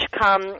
come